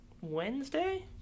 wednesday